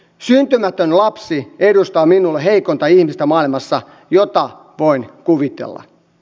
syntymätön lapsi edustaa minulle heikointa ihmistä maailmassa jota voin kuvitella